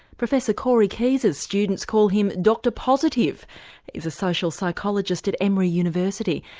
professor corey keyes's students call him dr positive he's a social psychologist at emory university.